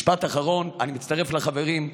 משפט אחרון: אני מצטרף לחברים,